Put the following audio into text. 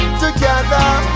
together